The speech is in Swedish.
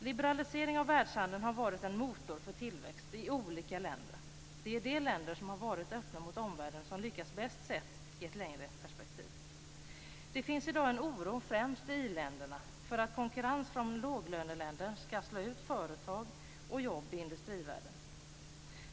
Liberalisering av världshandeln har varit en motor för tillväxt i olika länder. Det är de länder som har varit öppna mot omvärlden som lyckas bäst sett i ett längre perspektiv. Det finns i dag en oro främst i i-länderna för att konkurrens från låglöneländer skall slå ut företag och jobb i industrivärlden.